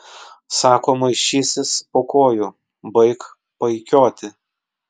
sako maišysis po kojų baik paikioti